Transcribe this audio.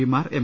പിമാർ എം